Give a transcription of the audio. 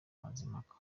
mazimpaka